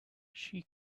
she